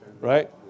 right